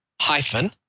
Hyphen